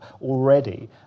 already